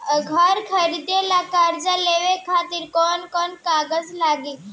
घर खरीदे ला कर्जा लेवे खातिर कौन कौन कागज लागी?